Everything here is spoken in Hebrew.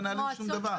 גב' האוצר,